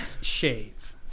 shave